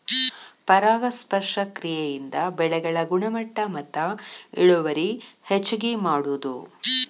ಪರಾಗಸ್ಪರ್ಶ ಕ್ರಿಯೆಯಿಂದ ಬೆಳೆಗಳ ಗುಣಮಟ್ಟ ಮತ್ತ ಇಳುವರಿ ಹೆಚಗಿ ಮಾಡುದು